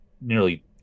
nearly